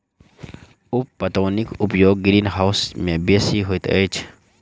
उप पटौनीक उपयोग ग्रीनहाउस मे बेसी होइत अछि